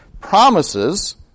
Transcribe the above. promises